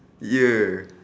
yeah